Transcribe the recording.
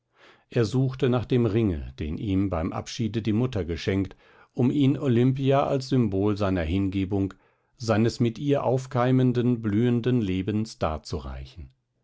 er suchte nach dem ringe den ihm beim abschiede die mutter geschenkt um ihn olimpia als symbol seiner hingebung seines mit ihr aufkeimenden blühenden lebens